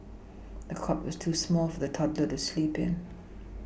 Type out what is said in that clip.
the cot was too small for the toddler to sleep in